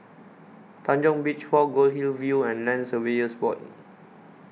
Tanjong Beach Walk Goldhill View and Land Surveyors Board